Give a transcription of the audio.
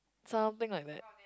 something like that